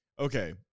Okay